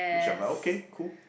which I'm like okay cool